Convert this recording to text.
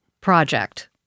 project